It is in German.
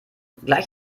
gleich